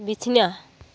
ᱵᱤᱪᱷᱱᱟ